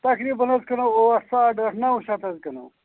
تقریٖباً حظ کٕنَو ٲٹھ ساڑ ٲٹھ نَو شَتھ حظ کٕنَو